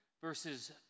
verses